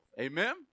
Amen